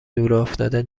دورافتاده